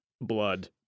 blood